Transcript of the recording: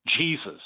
Jesus